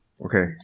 okay